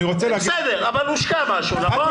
בסדר, אבל הושקע משהו, נכון?